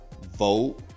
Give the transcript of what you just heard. Vote